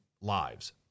lives